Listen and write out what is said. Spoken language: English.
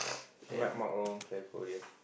Mag Mark Ron clear for him